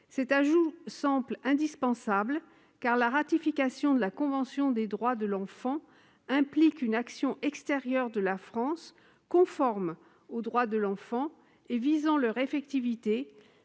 Cet ajout semble indispensable, car la ratification de la Convention des droits de l'enfant implique non seulement une action extérieure de la France conforme aux droits de l'enfant et visant leur effectivité,